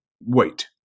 Wait